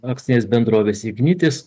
akcinės bendrovės ignitis